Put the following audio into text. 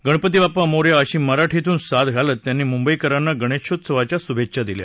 गणपती बाप्पा मोरया अशी मराठीतून साद घालत त्यांनी मुंबईकरांना गणेशोत्सवाच्या शुभेच्छा दिल्या